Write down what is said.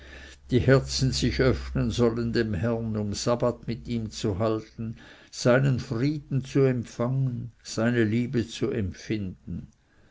die herzen sich öffnen sollen dem herrn um sabbat mit ihm zu halten seinen frieden zu empfangen seine liebe zu empfinden